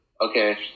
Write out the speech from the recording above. Okay